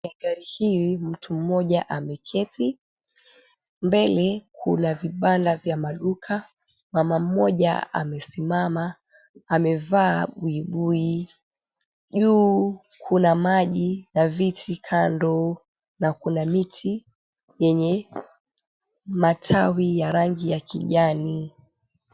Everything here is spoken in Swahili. Gari hii, mtu mmoja ameketi. Mbele kuna vibanda vya maduka, mama mmoja amesimama. Amevaa buibui, juu kuna maji na viti kando na kuna miti yenye matawi ya rangi ya kijani.